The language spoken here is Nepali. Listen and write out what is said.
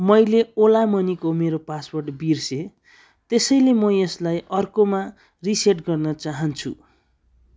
मैले ओला मनीको मेरो पासवर्ड बिर्सेँ त्यसैले म यसलाई अर्कोमा रिसेट गर्न चाहन्छु